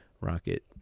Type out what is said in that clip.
rocket